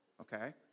okay